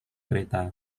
kereta